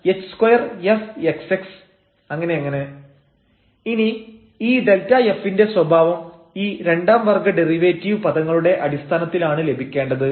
Δf12 h2 fxx2hk fxyk2 fkk a b ⋯ ഇനി ഈ Δf ന്റെ സ്വഭാവം ഈ രണ്ടാം വർഗ്ഗ ഡെറിവേറ്റീവ് പദങ്ങളുടെ അടിസ്ഥാനത്തിലാണ് ലഭിക്കേണ്ടത്